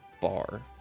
bar